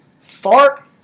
fart